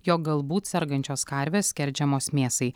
jog galbūt sergančios karvės skerdžiamos mėsai